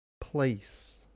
place